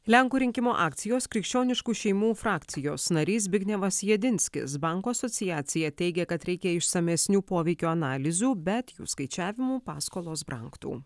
lenkų rinkimų akcijos krikščioniškų šeimų frakcijos narys zbignevas jedinskis bankų asociacija teigia kad reikia išsamesnių poveikio analizių bet jų skaičiavimu paskolos brangtų